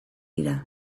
dira